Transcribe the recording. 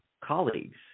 colleagues